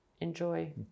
enjoy